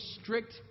strict